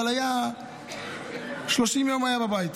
אבל 30 יום היה בבית.